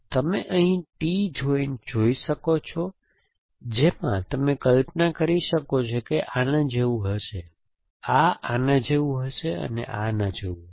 તમે અહીં T joint જોઈ શકો છો જેમાં તમે કલ્પના કરી શકો છો કે આ આના જેવું હશે આ આના જેવું હશે અને આના જેવું હશે